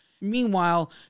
Meanwhile